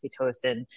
oxytocin